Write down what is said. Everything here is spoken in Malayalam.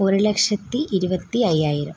ഒരു ലക്ഷത്തി ഇരുപത്തിഅയ്യായിരം